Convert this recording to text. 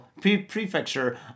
Prefecture